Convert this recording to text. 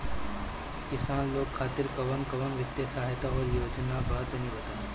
किसान लोग खातिर कवन कवन वित्तीय सहायता और योजना बा तनि बताई?